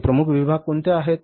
हे प्रमुख विभाग कोणते आहेत